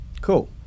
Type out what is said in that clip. Cool